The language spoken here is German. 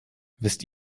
wisst